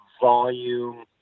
volume